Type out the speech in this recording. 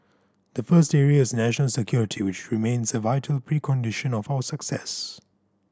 the first area is national security which remains a vital precondition of our success